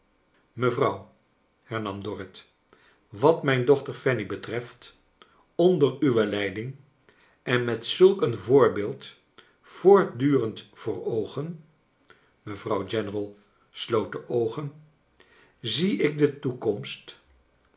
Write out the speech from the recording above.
mevrouw hernam dorrit wat mijn dochter fanny betreft onder uwe leiding en met zulk een voorbeeld voortdurend voor oogen mevrouw general sloot de oogen zie ik de toekomst